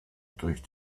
durch